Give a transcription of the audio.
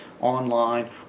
online